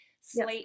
sleep